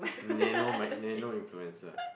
nano mic~ nano influencer